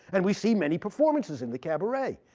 and we see many performances in the cabaret.